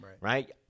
right